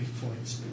points